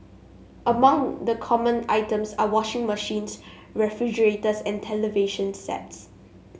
among the common items are washing machines refrigerators and television sets